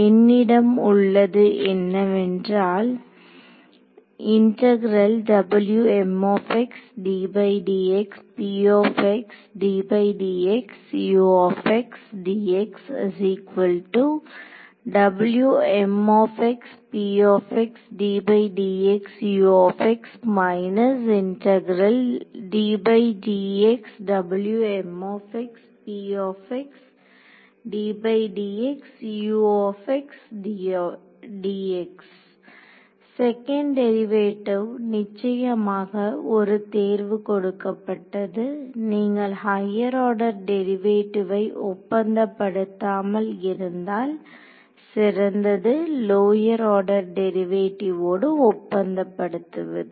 என்னிடம் உள்ளது என்னவென்றால் செகண்ட் டெரிவேட்டிவ் நிச்சயமாக ஒரு தேர்வு கொடுக்கப்பட்டது நீங்கள் ஹையர் ஆர்டர் டெரிவேட்டிவை ஒப்பந்தபடுத்தாமல் இருந்தால் சிறந்தது லோயர் ஆர்டர் டெரிவேட்டிவோடு ஒப்பந்தபடுத்துவது